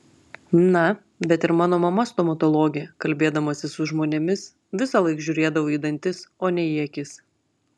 na bet ir mano mama stomatologė kalbėdamasi su žmonėmis visąlaik žiūrėdavo į dantis o ne į akis